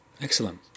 Excellent